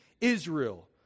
Israel